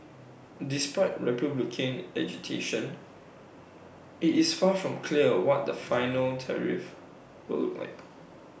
despite republican agitation IT is far from clear A what the final tariffs will look like